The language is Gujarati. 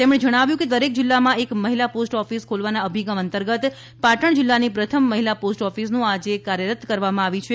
તેમણે જણાવ્યું કે દરેક જિલ્લામાં એક મહિલા પોસ્ટ ઓફીસ ખોલવાના અભિગમ અંતર્ગત પાટણ જિલ્લાની પ્રથમ મહિલા પોસ્ટ ઓફીસનું આજે કાર્યરત કરવામાં આવી છે